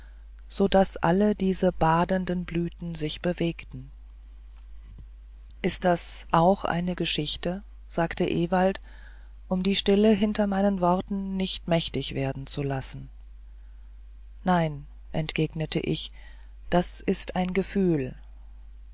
so daß alle diese badenden blüten sich bewegten ist das auch eine geschichte sagte ewald um die stille hinter meinen worten nicht mächtig werden zu lassen nein entgegnete ich das ist ein gefühl